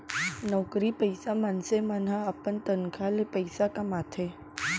नउकरी पइसा मनसे मन ह अपन तनखा ले पइसा कमाथे